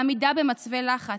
בעמידה במצבי לחץ.